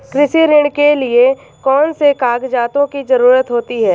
कृषि ऋण के लिऐ कौन से कागजातों की जरूरत होती है?